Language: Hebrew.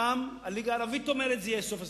הפעם הליגה הערבית אומרת שזה יהיה סוף הסכסוך.